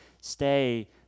stay